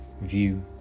view